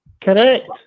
Correct